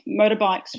motorbikes